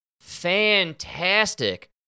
fantastic